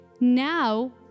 now